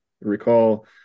recall